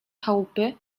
chałupy